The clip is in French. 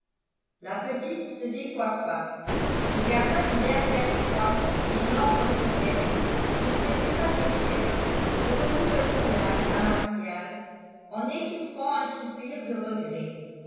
la petite se décoiffa regarda une dernière fois l'énorme rosette qui ne s'était pas défaite et remit le foulard à martial en étouffant un soupir de regret